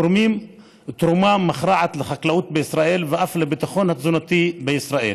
תורמים תרומה מכרעת לחקלאות בישראל ואף לביטחון התזונתי בישראל,